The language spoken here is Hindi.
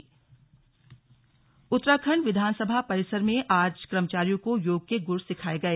स्लग विधानसभा योग उत्तराखंड विधानसभा परिसर में आज कर्मचारियों को योग के गुर सिखाए गए